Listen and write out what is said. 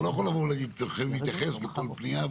אתה לא יכול לבוא ולהגיד: צריכים להתייחס לכל פנייה.